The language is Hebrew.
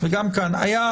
גם כך זמני מוגבל,